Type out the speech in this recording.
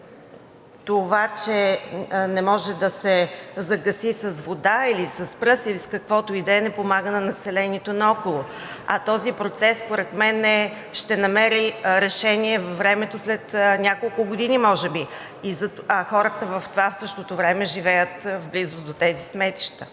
това, че не може да се загаси с вода или с пръст, или с каквото и да е, не помага на населението наоколо. А този процес според мен ще намери решение във времето след няколко години може би, а хората в същото време живеят в близост до тези сметища.